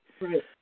Right